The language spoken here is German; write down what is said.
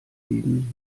hingegen